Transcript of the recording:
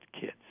kids